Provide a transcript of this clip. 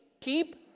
keep